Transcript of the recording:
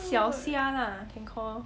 小瞎 lah can call